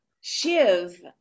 Shiv